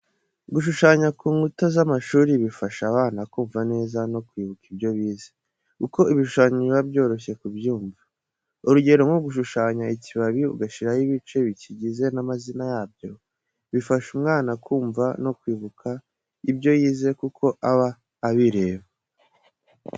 Gushushanya ku nkuta z'amashuri bifasha abana kumva neza no kwibuka ibyo bize, kuko ibishushanyo biba byoroshye kubyumva. Urugero, nko gushushanya ikibabi ugashyiraho ibice bikigize n'amazina yabyo bifasha umwana kumva no kwibuka ibyo yize kuko aba abireba.